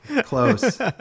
Close